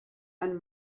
ein